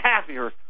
happier